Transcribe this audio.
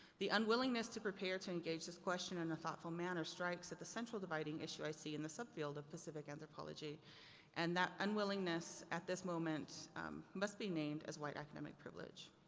the unwillingness to prepare to engage this question in a thoughtful manner strikes at the central dividing issue i see in the subfield of pacific anthropology and that unwillingness at this moment must be named as white academic privilege.